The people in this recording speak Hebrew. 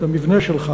את המבנה שלך,